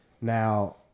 Now